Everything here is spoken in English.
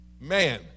man